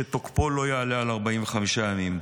שתוקפו לא יעלה על 45 ימים.